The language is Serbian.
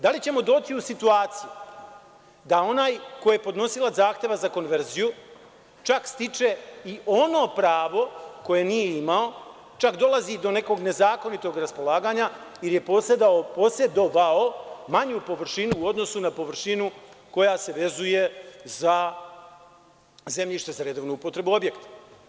Da li ćemo doći u situaciju da onaj ko je podnosilac zahteva za konverziju čak stiče i ono pravo koje nije imao, čak dolazi i do nekog nezakonitog raspolaganja, jer je posedovao manju površinu u odnosu na površinu koja se vezuje za zemljište za redovnu upotrebu objekta?